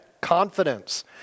confidence